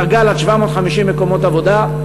"קרגל" עד 750 מקומות עבודה.